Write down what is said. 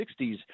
60s